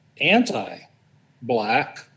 anti-black